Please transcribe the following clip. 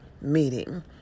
meeting